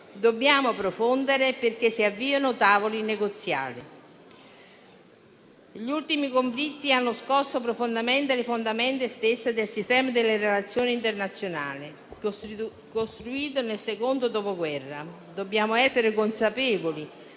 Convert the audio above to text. dobbiamo profondere perché si avviino tavoli negoziali. Gli ultimi conflitti hanno scosso profondamente le fondamenta stesse del sistema delle relazioni internazionali costruito nel secondo Dopoguerra. Dobbiamo essere consapevoli